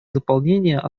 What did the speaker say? заполнения